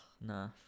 nah